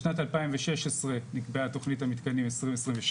בשנת 2016 נקבעה תכנית המתקנים 2027